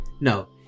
No